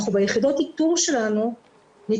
גם